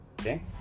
Okay